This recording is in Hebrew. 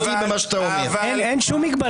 -- אין שום מגבלה